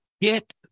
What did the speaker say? get